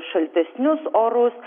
šaltesnius orus